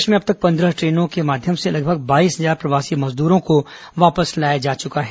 प्रदेश में अब तक पन्द्रह ट्रेनों के माध्यम से लगभग बाईस हजार प्रवासी श्रमिकों को वापस लाया जा चुका है